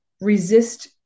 resist